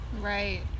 Right